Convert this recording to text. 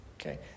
okay